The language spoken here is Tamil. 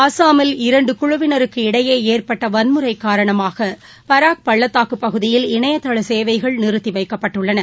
அஸ்ஸாமில் இரண்டுகுழுவினருக்கு இடையேஏற்பட்டவன்முறைகாரணமாகபராக் பள்ளத்தாக்குப் பகுதியில் இணையதளசேவைகள் நிறுத்திவைக்கப்பட்டுள்ளன